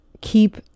keep